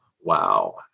Wow